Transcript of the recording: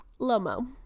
Lomo